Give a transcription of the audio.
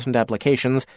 applications